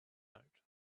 note